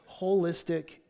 holistic